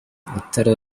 rutare